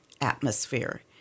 atmosphere